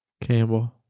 Campbell